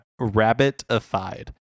Rabbitified